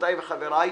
חברותיי וחבריי,